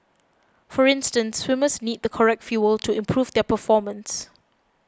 for instance swimmers need the correct fuel to improve their performance